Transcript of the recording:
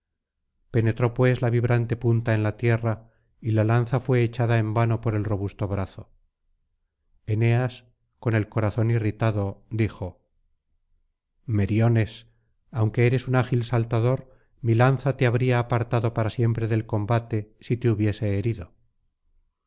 penetró pues la vibrante punta en la tierra y la lanza fué echada en vano por el robusto brazo eneas con el corazón irritado dijo menes aunque eres un ágil saltador mi lanza te habría apartado para siempre del combate si te hubiese herido